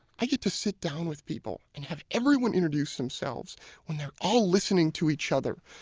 i get to sit down with people and have everyone introduce themselves when they're all listening to each other.